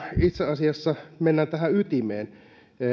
itse asiassa mennään tähän ytimeen